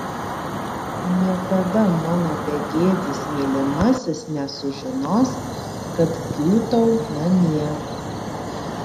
niekada mano begėdis mylimasis nesužinos kad kiūtau namie